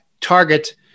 target